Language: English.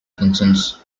functions